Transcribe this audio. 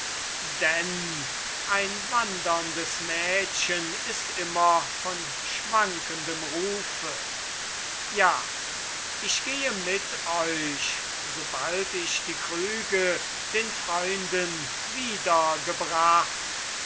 denn ein wanderndes mädchen ist immer von schwankendem rufe ja ich gehe mit euch sobald ich die krüge den freunden